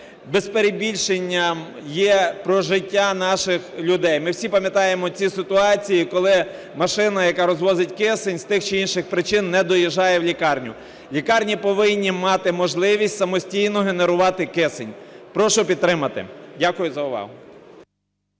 без перебільшення, є про життя наших людей. Ми всі пам'ятаємо ці ситуації, коли машина, яке розвозить кисень, з тих чи інших причин не доїжджає в лікарню. Лікарні повинні мати можливість самостійно генерувати кисень. Прошу підтримати. Дякую за увагу.